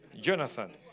Jonathan